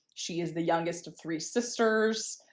she is the youngest of three sisters.